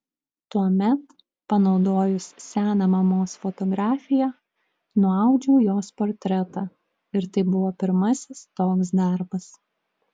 tuomet panaudojus seną mamos fotografiją nuaudžiau jos portretą ir tai buvo pirmasis toks darbas